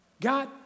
God